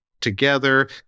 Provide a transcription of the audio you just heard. together